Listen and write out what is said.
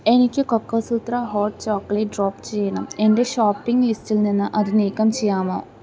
എനിക്ക് കൊക്കോസൂത്ര hot chocolate drop ചെയ്യണം എന്റെ ഷോപ്പിംഗ് ലിസ്റ്റിൽ നിന്ന് അത് നീക്കം ചെയ്യാമോ